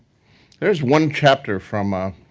there's one chapter from